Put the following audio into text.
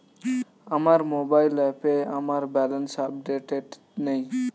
আমার মোবাইল অ্যাপে আমার ব্যালেন্স আপডেটেড নেই